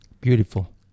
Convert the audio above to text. Beautiful